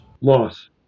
Loss